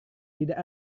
tidak